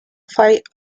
fight